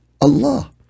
Allah